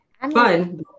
Fun